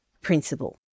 principle